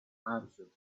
answered